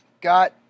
got